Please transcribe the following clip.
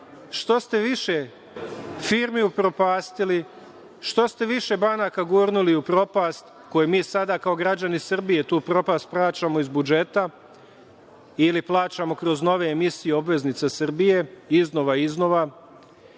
što ste više firmi upropastili, što ste više banaka gurnuli u propast koje mi sada kao građani Srbije tu propast plaćamo iz budžeta ili plaćamo kroz nove emisije obveznica Srbije iznova i iznova,